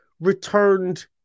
returned